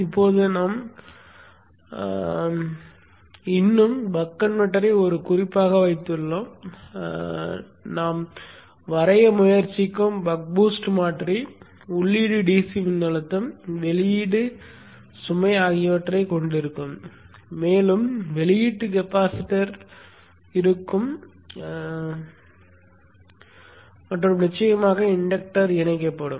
இப்போது நாங்கள் இன்னும் பக் கன்வெர்ட்டரை ஒரு குறிப்பாக வைத்துள்ளோம் நாங்கள் வரைய முயற்சிக்கும் பக் பூஸ்ட் மாற்றி உள்ளீட்டு DC மின்னழுத்தம் வெளியீட்டு சுமை ஆகியவற்றைக் கொண்டிருக்கும் மேலும் வெளியீட்டு கெப்பாசிட்டர் இருக்கும் மற்றும் நிச்சயமாக இன்டக்டர் இணைக்கப்படும்